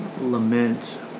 lament